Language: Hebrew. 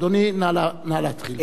אדוני, נא להתחיל.